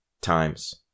times